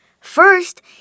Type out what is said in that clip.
First